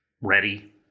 ready